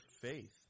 faith